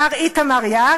מר איתמר יער.